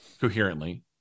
coherently